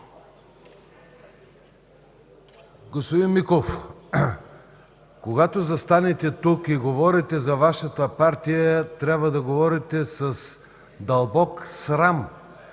Господин Миков, когато застанете тук и говорите за Вашата партия, трябва да говорите с дълбок срам.